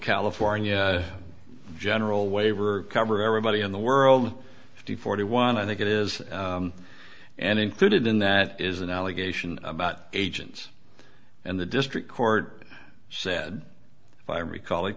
california general way we're cover everybody in the world fifty forty one i think it is and included in that is an allegation about agents and the district court said if i recall